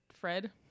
fred